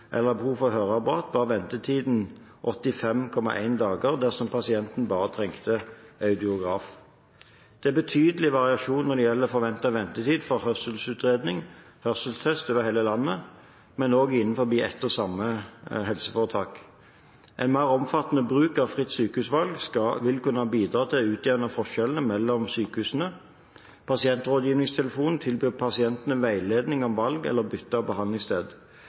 eller behov for høreapparat, var ventetiden 85,1 dager dersom pasienten bare trengte audiograf. Det er betydelige variasjoner når det gjelder forventet ventetid for hørselsutredning/hørselstest over hele landet, men også innenfor ett og samme helseforetak. En mer omfattende bruk av fritt sykehusvalg vil kunne bidra til å utjevne forskjellene mellom sykehusene. Pasientrådgivningstelefonen tilbyr pasientene veiledning om valg eller bytte av behandlingssted.